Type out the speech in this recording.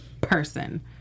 person